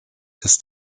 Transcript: ist